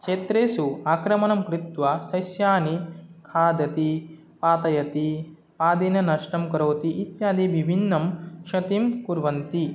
क्षेत्रेषु आक्रमणं कृत्वा सस्यानि खादन्ति आतयति आदिन नष्टं करोति इत्यादिविभिन्नां क्षतिं कुर्वन्ति